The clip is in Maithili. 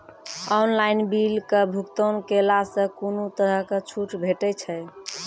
ऑनलाइन बिलक भुगतान केलासॅ कुनू तरहक छूट भेटै छै?